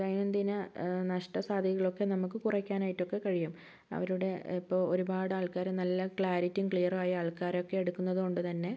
ദൈനംദിന നഷ്ട്ട സാധ്യതകളൊക്കെ നമുക്ക് കുറക്കാനായിട്ടൊക്കെ കഴിയും അവരുടെ ഇപ്പോൾ ഒരുപാട് ആൾക്കാരും നല്ല ക്ലാരിറ്റിം ക്ലിയറുമായ ആൾക്കാരൊക്കെ എടുക്കുന്നതു കൊണ്ട് തന്നെ